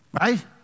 Right